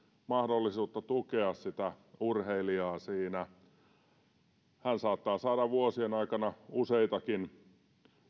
mahdollisuutta tukea sitä urheilijaa siinä niin hän saattaa saada vuosien aikana useitakin